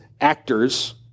actors